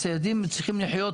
הציידים צריכים לחיות,